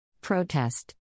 PROTEST